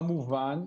כמובן,